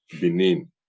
Benin